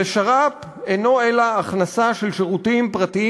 ושר"פ אינו אלא הכנסה של שירותים פרטיים